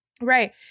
Right